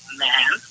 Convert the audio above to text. man